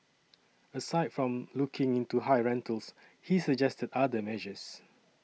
aside from looking into high rentals he suggested other measures